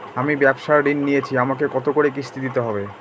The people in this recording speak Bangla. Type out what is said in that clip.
আমি ব্যবসার ঋণ নিয়েছি আমাকে কত করে কিস্তি দিতে হবে?